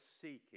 seeking